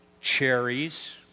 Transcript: cherries